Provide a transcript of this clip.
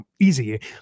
easy